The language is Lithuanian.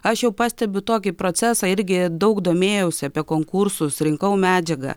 aš jau pastebiu tokį procesą irgi daug domėjausi apie konkursus rinkau medžiagą